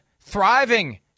Thriving